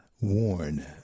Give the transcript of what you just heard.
worn